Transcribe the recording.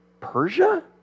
Persia